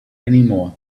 anymore